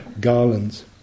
garlands